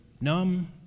numb